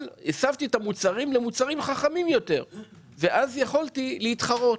אבל הסבתי את המוצרים למוצרים חכמים יותר ואז יכולתי להתחרות.